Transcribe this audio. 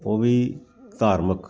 ਉਹ ਵੀ ਧਾਰਮਿਕ